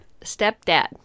Stepdad